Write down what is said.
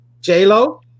J-Lo